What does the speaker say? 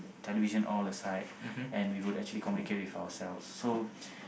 television all aside and we would actually communicate with ourselves so